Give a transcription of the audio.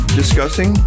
discussing